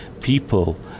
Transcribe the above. people